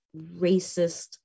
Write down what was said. racist